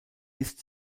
ist